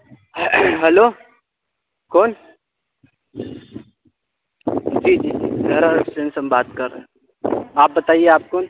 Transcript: hello کون جی جی جی ہیرالسن سے ہم بات کر رہے ہیں آپ بتائیے آپ کون